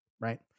Right